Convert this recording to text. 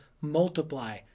multiply